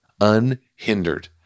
unhindered